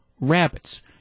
rabbits